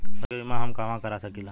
फसल के बिमा हम कहवा करा सकीला?